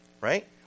right